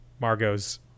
Margot's